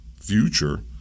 future